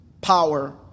power